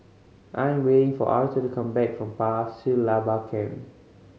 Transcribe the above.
I am waiting for Arther to come back from Pasir Laba Camp